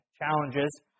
challenges